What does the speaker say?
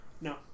No